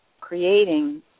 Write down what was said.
creating